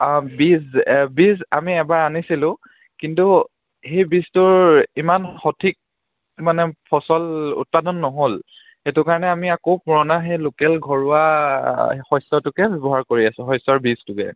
বীজ বীজ আমি এবাৰ আনিছিলোঁ কিন্তু সেই বীজটোৰ ইমান সঠিক মানে ফচল উৎপাদন নহ'ল সেইটো কাৰণে আমি আকৌ পুৰণা সেই লোকেল ঘৰুৱা শস্যটোকে ব্যৱহাৰ কৰি আছোঁ শস্যৰ বীজটোকে